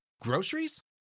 Groceries